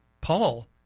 Paul